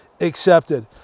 accepted